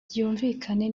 byumvikane